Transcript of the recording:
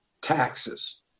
taxes